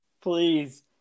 Please